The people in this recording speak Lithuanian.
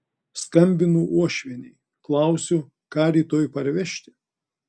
skambinu uošvienei klausiu ką rytoj parvežti